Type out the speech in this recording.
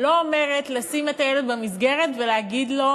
לא אומרת לשים את הילד במסגרת ולהגיד לו: